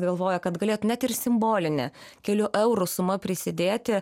galvoja kad galėtų net ir simbolinę kelių eurų suma prisidėti